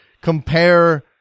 compare